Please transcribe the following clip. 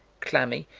clammy,